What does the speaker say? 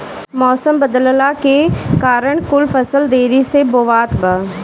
मउसम बदलला के कारण कुल फसल देरी से बोवात बा